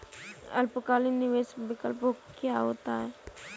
अल्पकालिक निवेश विकल्प क्या होता है?